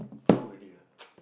flu already